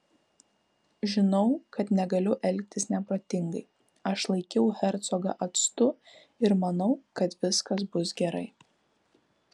žinau kad negaliu elgtis neprotingai aš laikiau hercogą atstu ir manau kad viskas bus gerai